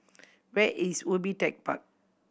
where is Ubi Tech Park